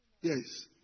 Yes